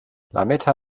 lametta